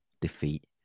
defeat